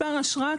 מספר אשרה,